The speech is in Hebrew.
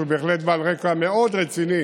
שהוא בהחלט בעל רקע מאוד רציני